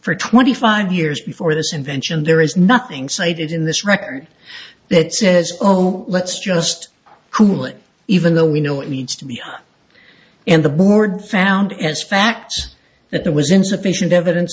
for twenty five years before this invention there is nothing cited in this record that says oh let's just cool it even though we know it needs to be in the board found as facts that there was insufficient evidence